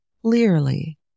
Clearly